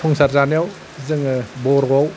संसार जानायाव जोङो बर'आव